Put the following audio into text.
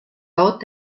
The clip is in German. dort